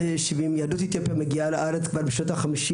יהדות אתיופיה מגיעה לארץ כבר בשנות ה-50'